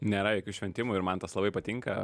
nėra jokių šventimų ir man tas labai patinka